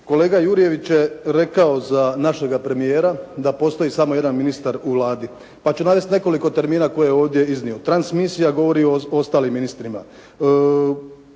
Kolega Jurjević je rekao za našega premijera, da postoji samo jedan ministar u Vladi, pa ću navesti nekoliko termina koje je ovdje iznio. Transmisija govori o ostalim ministrima.